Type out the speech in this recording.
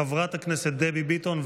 חברת הכנסת דבי ביטון,